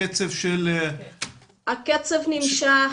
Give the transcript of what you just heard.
הקצב של --- הקצב נמשך,